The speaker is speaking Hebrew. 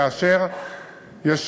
כאשר יש